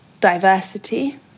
diversity